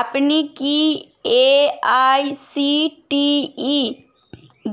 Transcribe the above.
আপনি কি এআইসিটিই